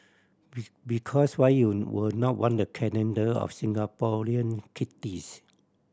be because why you would not want a calendar of Singaporean kitties